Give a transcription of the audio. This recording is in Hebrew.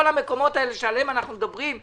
כל המקומות האלה שעליהם אנחנו מדברים,